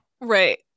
Right